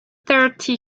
thirty